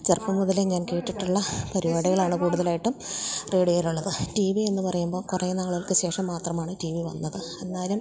ചെറുപ്പം മുതലേ ഞാൻ കേട്ടിട്ടുള്ള പരിപാടികളാണ് കൂടുതലായിട്ടും റേഡിയോയിലുള്ളത് ടീ വി എന്ന് പറയുമ്പോള് കുറെ നാളുകൾക്ക് ശേഷം മാത്രമാണ് ടീ വി വന്നത് എന്നാലും